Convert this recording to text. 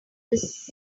this